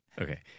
Okay